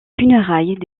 funérailles